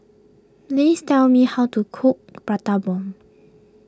please tell me how to cook Prata Bomb